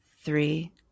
three